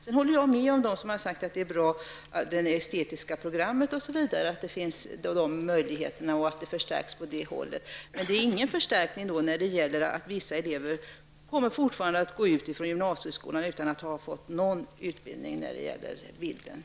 Sedan håller jag med dem som har sagt att det estetiska programmet är bra och att det är bra att dessa möjligheter finns. Det är bra att det förstärks på det hållet, men det blir ingen förstärkning när vissa elever fortfarande kommer att gå ut från gymnasieskolan utan att ha någon utbildning i bildämnet.